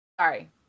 Sorry